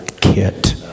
kit